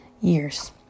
years